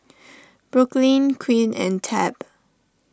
Brooklynn Quinn and Tab